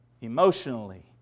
emotionally